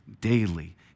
daily